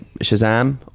Shazam